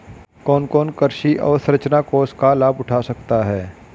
कौन कौन कृषि अवसरंचना कोष का लाभ उठा सकता है?